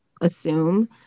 assume